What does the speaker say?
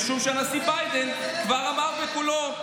משום שהנשיא ביידן כבר אמר את זה בקולו.